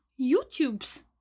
YouTubes